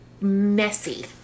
messy